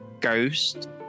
ghost